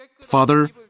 Father